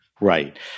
Right